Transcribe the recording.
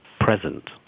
present